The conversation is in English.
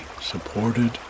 supported